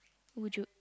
would you